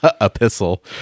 Epistle